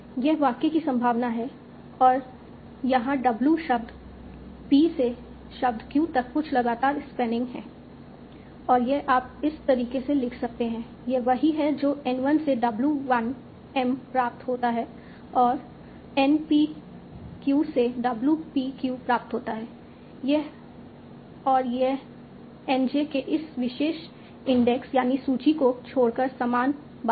यह वाक्य की संभावना है और यहां W शब्द p से शब्द q तक कुछ लगातार स्पैनिंग है और यह आप इस तरीके से लिख सकते हैं यह वही है जो N 1 से W 1 m प्राप्त होता है और N P q से W p q प्राप्त होता है यह और यह N j के इस विशेष इंडेक्ससूची को छोड़कर समान बात है